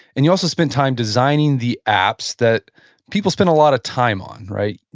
and you also spent time designing the apps that people spend a lot of time on, right?